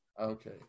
Okay